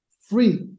free